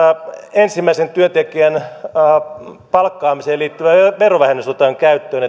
ensimmäisen työntekijän palkkaamisen liittyvä verovähennys otetaan käyttöön